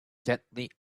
gently